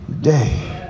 day